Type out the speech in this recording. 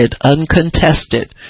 uncontested